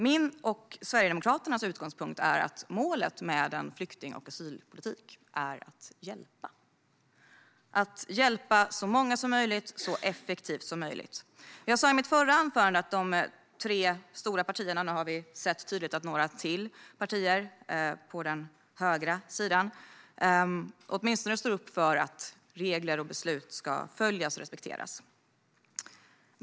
Min och Sverigedemokraternas utgångspunkt är att målet med en flykting och asylpolitik är att hjälpa och att hjälpa så många som möjligt så effektivt som möjligt. Jag sa i mitt förra anförande att de tre stora partierna åtminstone står upp för att regler och beslut ska följas och respekteras, och nu har vi sett ytterligare några partier på den högra sidan som gör det.